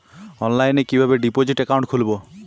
অনলাইনে কিভাবে deposit account খুলবো?